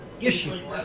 issue